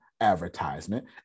advertisement